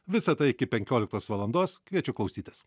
visa tai iki penkioliktos valandos kviečiu klausytis